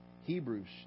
Hebrews